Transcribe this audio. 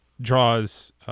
draws